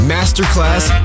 Masterclass